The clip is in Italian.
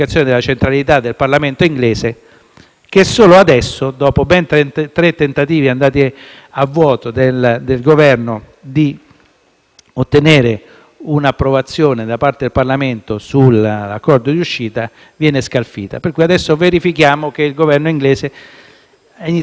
che solo adesso, dopo ben tre tentativi andati a vuoto del Governo di ottenere un'approvazione sull'accordo di uscita, viene scalfita; per cui adesso verifichiamo che il Governo inglese ha iniziato a rispettare un po' di più il Parlamento.